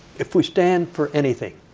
if we stand for anything